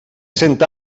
cent